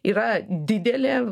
yra didelė